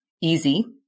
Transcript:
easy